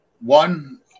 one